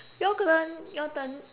your turn your turn